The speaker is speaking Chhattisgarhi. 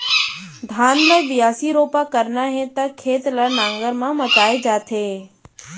धान ल बियासी, रोपा करना हे त खेत ल नांगर म मताए जाथे